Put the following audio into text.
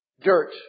dirt